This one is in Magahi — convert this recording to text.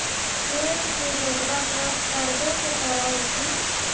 खेत के जोतबा ट्रकटर्बे से कर हू की?